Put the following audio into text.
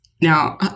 Now